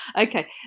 Okay